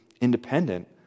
independent